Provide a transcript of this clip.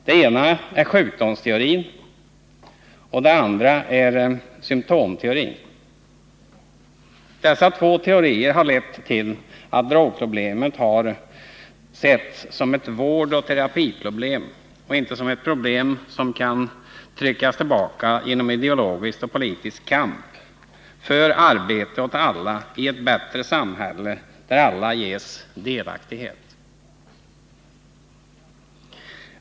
Den ena är sjukdomsteorin, och den andra är symtomteorin. Dessa två teorier har lett till att drogproblemet har setts som ett vårdoch terapiproblem och inte som ett problem som kan tryckas tillbaka genom ideologisk och politisk kamp för arbete åt alla i ett bättre samhälle där alla ges delaktighet.